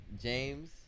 James